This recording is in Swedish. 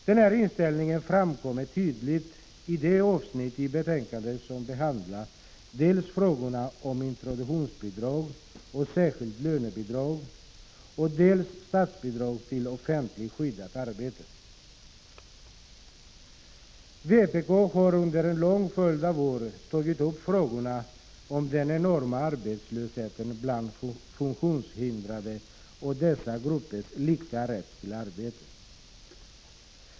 Denna inställning framkommer tydligt i de avsnitt i betänkandet som behandlar dels frågorna om introduktionsbidrag och särskilt lönebidrag, dels statsbidrag till offentligt skyddat arbete. Vpk har under en lång följd av år tagit upp frågorna om den enorma arbetslösheten bland funktionshindrade och dessa gruppers lika rätt till arbete.